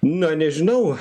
na nežinau cha